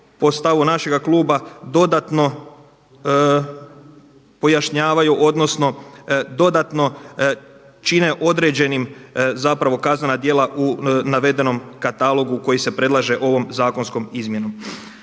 našega kluba dodatno pojašnjavaju odnosno dodatno čine određenim kaznena djela u navedenom katalogu koji se predlaže ovom zakonskom izmjenom.